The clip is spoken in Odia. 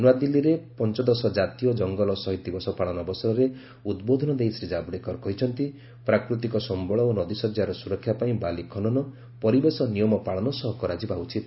ନ୍ନଆଦିଲ୍ଲୀରେ ପଞ୍ଚଦଶ ଜାତୀୟ ଜଙ୍ଗଲ ଶହୀଦ ଦିବସ ପାଳନ ଅବସରରେ ଉଦ୍ବୋଧନ ଦେଇ ଶ୍ରୀ ଜାବଡେକର କହିଛନ୍ତି ପ୍ରାକୃତିକ ସମ୍ଭଳ ଓ ନଦୀଶଯ୍ୟାର ସୁରକ୍ଷା ପାଇଁ ବାଲି ଖନନ ପରିବେଶ ନିୟମ ପାଳନ ସହ କରାଯିବା ଉଚିତ